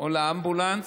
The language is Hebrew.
או לאמבולנס,